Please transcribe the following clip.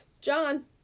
John